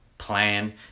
Plan